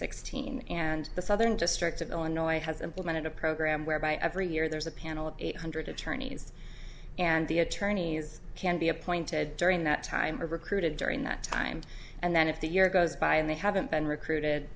sixteen and the southern district of illinois has implemented a program whereby every year there's a panel of eight hundred attorneys and the attorneys can be appointed during that time were recruited during that time and then if the year goes by and they haven't been recruited